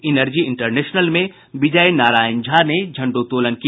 energy international में विजय नारायण झा ने झंडोत्तोलन किया